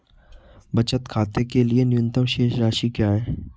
बचत खाते के लिए न्यूनतम शेष राशि क्या है?